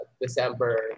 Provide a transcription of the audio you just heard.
December